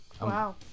Wow